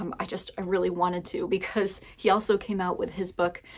um i just, i really wanted to because he also came out with his book,